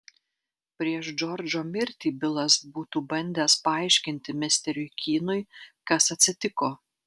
prieš džordžo mirtį bilas būtų bandęs paaiškinti misteriui kynui kas atsitiko